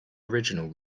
original